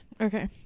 Okay